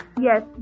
Yes